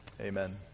Amen